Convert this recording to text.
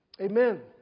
Amen